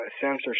censorship